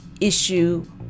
issue